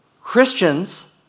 Christians